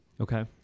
Okay